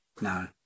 No